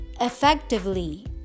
effectively